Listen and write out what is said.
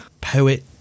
poet